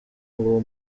uwo